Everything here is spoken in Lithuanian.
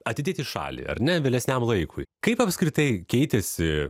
atidėt į šalį ar ne vėlesniam laikui kaip apskritai keitėsi